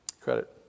Credit